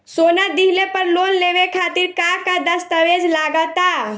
सोना दिहले पर लोन लेवे खातिर का का दस्तावेज लागा ता?